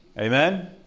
Amen